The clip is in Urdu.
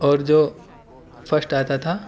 اور جو فسٹ آتا تھا